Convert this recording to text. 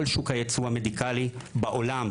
כל שוק הייצוא המדיקלי בעולם,